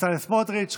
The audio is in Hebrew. בצלאל סמוטריץ'.